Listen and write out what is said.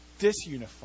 disunified